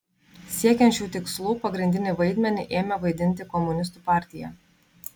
siekiant šių tikslų pagrindinį vaidmenį ėmė vaidinti komunistų partija